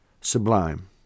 sublime